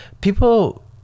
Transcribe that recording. people